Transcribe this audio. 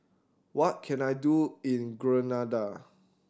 what can I do in Grenada